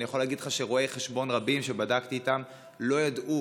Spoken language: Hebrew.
אני יכול להגיד לך שרואי חשבון רבים שבדקתי איתם לא ידעו